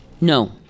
no